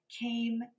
came